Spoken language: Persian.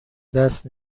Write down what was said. دست